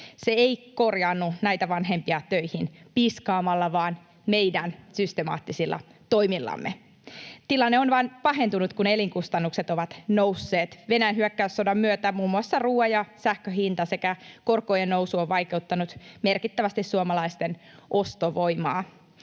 Se ei korjaannu näitä vanhempia töihin piiskaamalla vaan meidän systemaattisilla toimillamme. Tilanne on vain pahentunut, kun elinkustannukset ovat nousseet. Venäjän hyökkäyssodan myötä muun muassa ruuan ja sähkön hinta sekä korkojen nousu ovat vaikeuttaneet merkittävästi suomalaisten ostovoimaa.